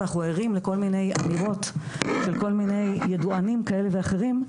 ואנחנו ערים לכל מיני אמירות של כל מיני ידוענים כאלה ואחרים,